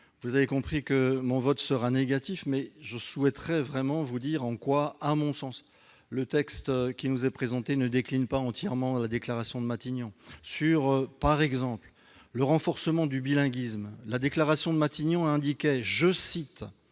Vous l'aurez compris, mon vote sera négatif, mais je souhaiterais vraiment vous dire en quoi, à mon sens, le texte qui nous est présenté ne décline pas la déclaration de Matignon. Concernant le renforcement du bilinguisme, la déclaration de Matignon indiquait qu'«